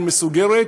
העיר מסוגרת,